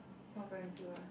orh primary school ah